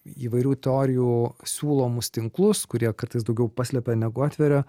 įvairių teorijų siūlomus tinklus kurie kartais daugiau paslepia negu atveria